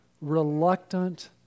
reluctant